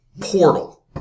Portal